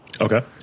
Okay